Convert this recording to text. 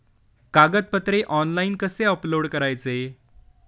कागदपत्रे ऑनलाइन कसे अपलोड करायचे?